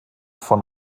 von